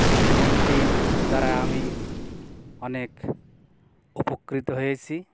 এই ফোনটি দ্বারা আমি অনেক উপকৃত হয়েছি